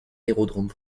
aérodromes